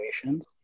situations